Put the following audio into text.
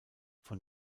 von